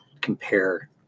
Compare